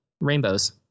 Rainbows